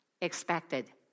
expected